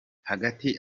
hagati